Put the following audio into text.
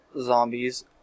zombies